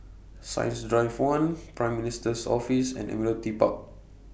Science Drive one Prime Minister's Office and Admiralty Park